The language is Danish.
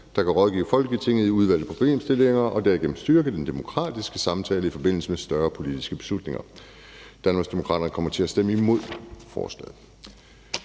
der kan rådgive Folketinget i udvalgte problemstillinger og derigennem styrke den demokratiske samtale i forbindelse med større politiske beslutninger. Danmarksdemokraterne kommer til at stemme imod forslaget.